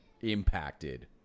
impacted